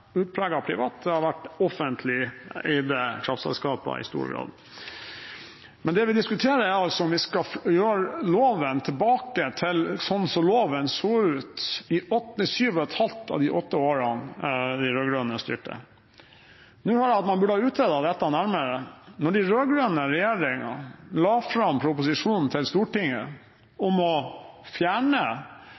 offentlig eide kraftselskap i stor grad. Men det vi diskuterer, er altså om vi skal føre loven tilbake til sånn som loven var i sju og et halvt av de åtte årene de rød-grønne styrte. Noen mener at man burde ha utredet nærmere. Da den rød-grønne regjeringen la fram proposisjonen til Stortinget om å fjerne